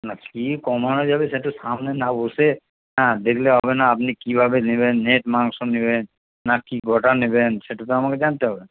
না কি কমানো যাবে সেটা সামনে না বসে হ্যাঁ দেখলে হবে না আপনি কীভাবে নেবেন নেট মাংস নেবেন নাকি গোটা নেবেন সেটা তো আমাকে জানতে হবে